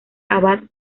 abad